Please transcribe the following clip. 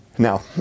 Now